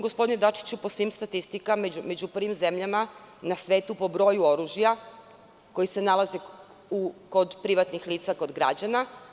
Gospodine Dačiću, mi smo po svim statistikama među prvim zemljama na svetu po broju oružja koja se nalaze kod privatnih lica, kod građana.